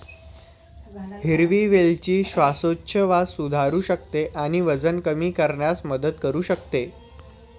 हिरवी वेलची श्वासोच्छवास सुधारू शकते आणि वजन कमी करण्यास मदत करू शकते